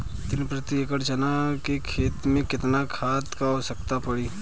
तीन प्रति एकड़ चना के खेत मे कितना खाद क आवश्यकता पड़ी?